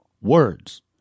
Words